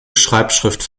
schreibschrift